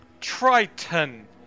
Triton